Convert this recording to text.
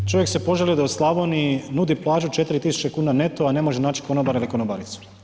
Čovjek se požalio da u Slavoniji nudi plaću 4000 kuna neto, a ne može naći konobara ili konobaricu.